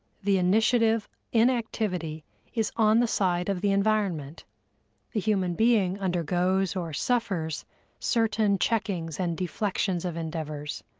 the initiative in activity is on the side of the environment the human being undergoes or suffers certain checkings and deflections of endeavors.